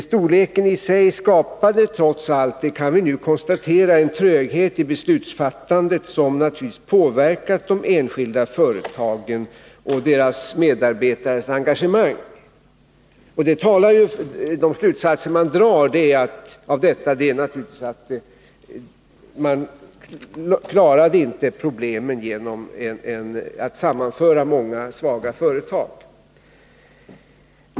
Storleken skapade trots allt, det kan vi nu konstatera, en tröghet i beslutsfattandet som naturligtvis påverkat de enskilda företagen och deras medarbetares engagemang. De slutsatser vi kan dra av detta är naturligtvis att man inte klarade problemen genom att sammanföra många svaga företag.